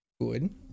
Good